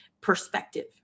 perspective